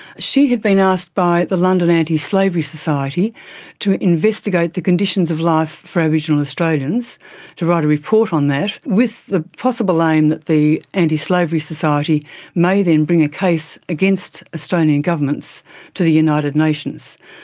she had been asked by the london antislavery society to investigate the conditions of life for aboriginal australians to write a report on that, with the possible aim that the antislavery society may then bring a case against australian governments to the united nations.